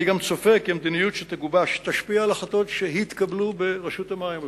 אני גם צופה שהמדיניות שתגובש תשפיע על החלטות שהתקבלו ברשות המים.